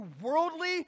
worldly